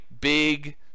big